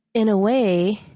in a way,